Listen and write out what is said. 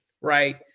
Right